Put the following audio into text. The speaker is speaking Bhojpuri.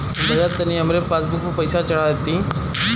भईया तनि हमरे पासबुक पर पैसा चढ़ा देती